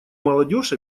молодежь